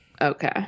okay